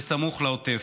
הסמוך לעוטף.